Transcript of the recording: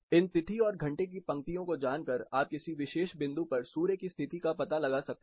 इन तिथि और घंटे की पंक्तियों को जानकर आप किसी विशेष बिंदु पर सूर्य की स्थिति का पता लगा सकते हैं